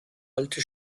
alte